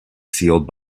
sealed